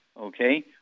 okay